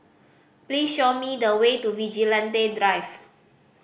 please show me the way to Vigilante Drive